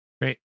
Great